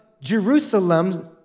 Jerusalem